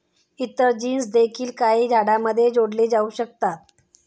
इतर जीन्स देखील काही झाडांमध्ये जोडल्या जाऊ शकतात